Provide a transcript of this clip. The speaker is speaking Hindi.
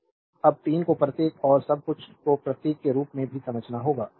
स्लाइड टाइम देखें 1549 अब 3 को प्रत्येक और सब कुछ को प्रतीक के रूप में भी समझना होगा